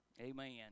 Amen